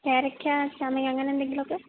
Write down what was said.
പേരക്ക ചാമ്പയോ അങ്ങനെന്തെങ്കിലുമൊക്കെ